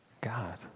God